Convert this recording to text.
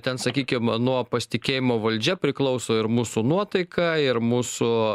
ten sakykim nuo pasitikėjimo valdžia priklauso ir mūsų nuotaika ir mūsų